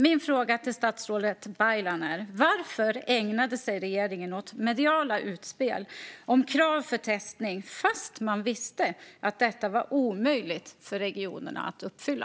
Min fråga till statsrådet Baylan är: Varför ägnade sig regeringen åt mediala utspel om krav på testning fast man visste att detta var omöjligt för regionerna att uppfylla?